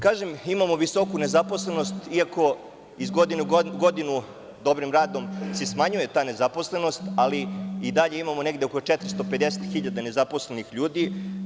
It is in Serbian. Kažem, imamo visoku nezaposlenost, iako se iz godine u godinu dobrim radom smanjuje ta nezaposlenost, ali i dalje imamo negde oko 450.000 nezaposlenih ljudi.